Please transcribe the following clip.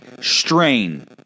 strain